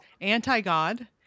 anti-God